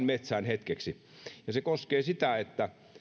metsään vain hetkeksi se koskee sitä että